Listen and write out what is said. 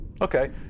Okay